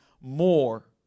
more